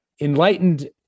enlightened